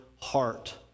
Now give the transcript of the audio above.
heart